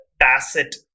tacit